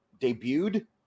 debuted